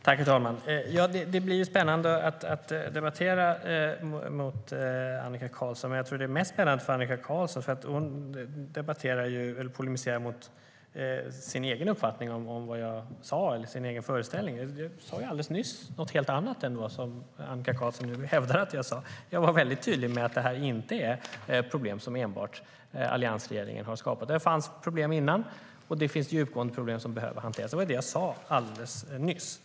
Herr talman! Det är spännande att debattera med Annika Qarlsson. Men jag tror att det är mest spännande för Annika Qarlsson. Hon polemiserar ju mot sin egen föreställning om vad jag sa. Alldeles nyss sa jag någonting helt annat än vad Annika Qarlsson hävdade att jag sa. Jag var väldigt tydlig med att det här inte är ett problem som enbart alliansregeringen har skapat. Det fanns problem innan, och det finns djupgående problem som behöver hanteras. Det var så jag sa alldeles nyss.